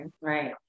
right